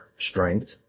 strength